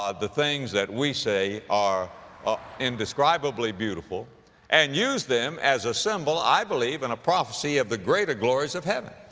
the things that we say are, ah, indescribably beautiful and used them as a symbol, i believe, and a prophecy of the greater glories of heaven.